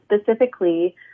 specifically